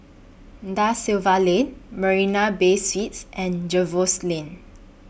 DA Silva Lane Marina Bay Suites and Jervois Lane